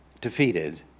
defeated